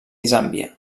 zàmbia